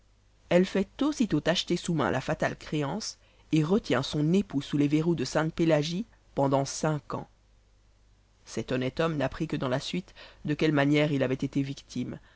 elle fait aussitôt acheter sous main la fatale créance et retient son époux sous les verroux de sainte-pélagie pendant cinq ans cet honnête homme n'apprit que dans la suite de quelle manoeuvre il avait été victime